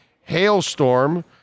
Hailstorm